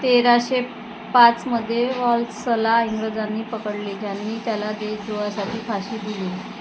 तेराशे पाचमध्ये वॉलसला इंग्रजांनी पकडले ज्यांनी त्याला देशद्रोहासाठी फाशी दिली